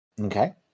Okay